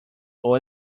old